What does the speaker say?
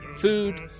Food